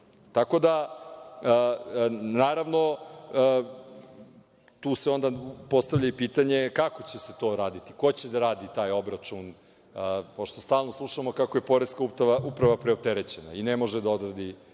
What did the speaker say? da, naravno, tu se onda postavlja i pitanje kako će se to raditi? Ko će da radi taj obračun, pošto stalno slušamo kako je poreska uprava preopterećena i ne može da odradi